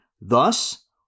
Thus